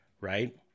right